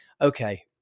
okay